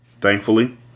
Thankfully